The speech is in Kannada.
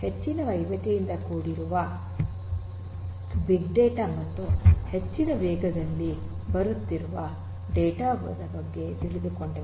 ಹೆಚ್ಚಿನ ವೈವಿಧ್ಯತೆಯಿಂದ ಕೂಡಿಕೊಂಡಿರುವ ಬಿಗ್ ಡೇಟಾ ಮತ್ತು ಹೆಚ್ಚಿನ ವೇಗದಲ್ಲಿ ಬರುತ್ತಿರುವ ಡೇಟಾ ಬಗ್ಗೆ ತಿಳಿದುಕೊಂಡೆವು